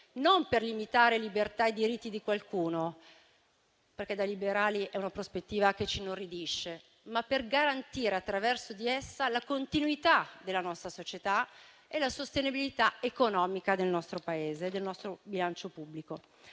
non per limitare libertà e diritti di qualcuno, perché da liberali è una prospettiva che ci inorridisce, ma per garantire, attraverso di essa, la continuità della nostra società e la sostenibilità economica del nostro Paese e del nostro bilancio pubblico.